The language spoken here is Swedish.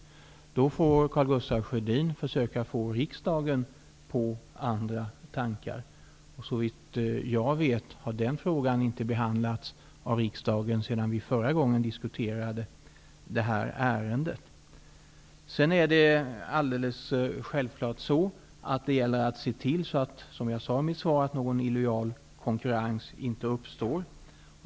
Karl Gustaf Sjödin får i stället försöka få riksdagen på andra tankar. Såvitt jag vet har den frågan inte behandlats av riksdagen sedan vi förra gången diskuterade det här ärendet. Det gäller självfallet, som jag sade i mitt svar, att se till att någon illojal konkurrens inte uppstår.